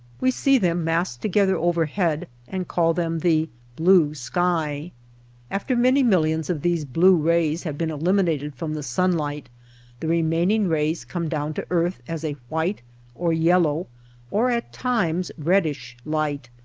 we see them massed together overhead and call them the blue sky after many millions of these blue rays have been eliminated from the sun light the remaining rays come down to earth as a white or yellow or at times reddish light,